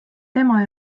tema